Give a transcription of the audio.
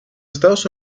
estados